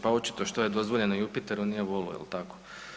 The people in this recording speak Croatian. Pa očito što je dozvoljeno Jupiteru nije volu, jel tako?